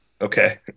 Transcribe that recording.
Okay